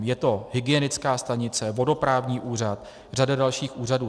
Je to hygienická stanice, vodoprávní úřad, řada dalších úřadů.